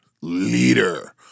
leader